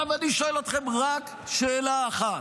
אני שואל אתכם רק שאלה אחת: